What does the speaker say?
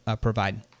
provide